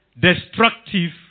destructive